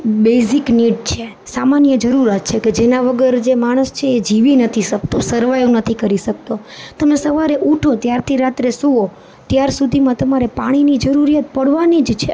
basic need છે સામાન્ય જરૂરિયાત છે કે જેના વગર જે માણસ છે એ જીવી નથી શકતો સર્વાઇવ નથી કરી શકતો તમે સવારે ઉઠો ત્યારથી રાત્રે સૂવો ત્યાર સુધીમાં તમારે પાણીની જરૂરિયાત પડવાની જ છે